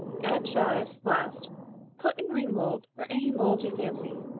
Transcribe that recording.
add chives last put in ring mold or any mold you fancy,